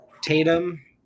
Tatum